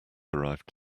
arrived